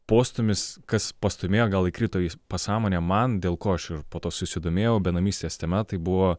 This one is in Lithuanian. postūmis kas pastūmėjo gal įkrito į pasąmonę man dėl ko aš ir po to susidomėjau benamystės tema tai buvo